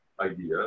idea